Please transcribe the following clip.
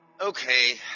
Okay